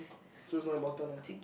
so it's not important lah